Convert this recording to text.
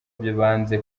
banze